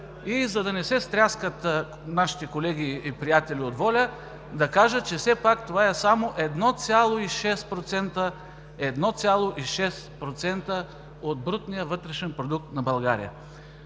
и за да не се стряскат нашите колеги и приятели от ВОЛЯ да кажа, че все пак това е само 1,6% от брутния вътрешен продукт на България.